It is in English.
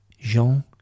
Jean